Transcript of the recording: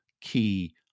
key